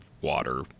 water